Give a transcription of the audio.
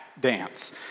dance